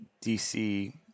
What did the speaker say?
dc